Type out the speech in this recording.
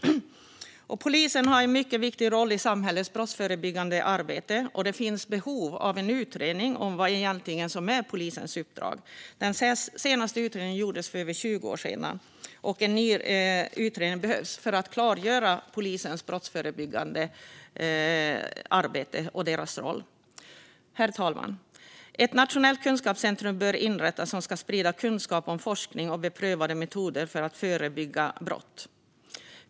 Polisen har en mycket viktig roll i samhällets brottsförebyggande arbete, och det finns behov av en utredning av vad som egentligen är polisens uppdrag. Den senaste utredningen gjordes för över 20 år sedan, och en ny utredning behövs för att klargöra polisens brottsförebyggande arbete och deras roll. Herr talman! Ett nationellt kunskapscentrum bör inrättas som ska sprida kunskap om forskning och beprövande metoder för att förebygga brott.